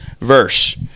verse